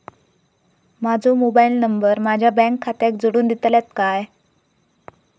माजो mobile number माझ्या bank खात्याक जोडून दितल्यात काय?